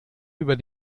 über